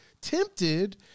tempted